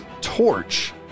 Torch